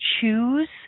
choose